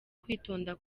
kwitonda